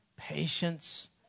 patience